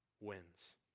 wins